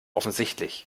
offensichtlich